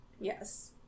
Yes